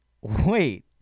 wait